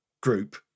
group